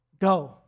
Go